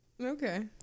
Okay